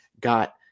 got